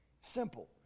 Simple